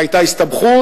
והיתה הסתבכות,